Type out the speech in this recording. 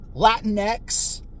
Latinx